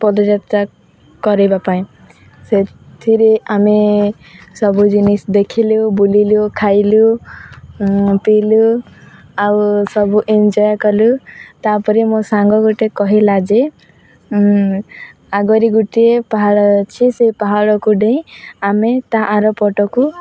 ପଦଯାତ୍ରା କରିବାଇ ପାଇଁ ସେଥିରେ ଆମେ ସବୁ ଜିନିଷ ଦେଖିଲୁ ବୁଲିଲୁ ଖାଇଲୁ ପିଇଲୁ ଆଉ ସବୁ ଏଞ୍ଜଏ କଲୁ ତାପରେ ମୋ ସାଙ୍ଗ ଗୋଟେ କହିଲା ଯେ ଆଗରି ଗୋଟିଏ ପାହାଡ଼ ଅଛି ସେଇ ପାହାଡ଼କୁ ନେଇ ଆମେ ତା ଆର ପଟକୁ